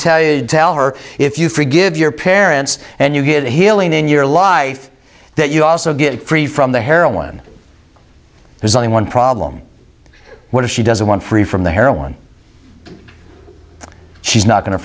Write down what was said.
tell you tell her if you forgive your parents and you get a healing in your life that you also get free from the heroin there's only one problem what if she doesn't want free from the heroin she's not going to